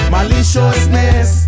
Maliciousness